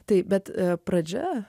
taip bet pradžia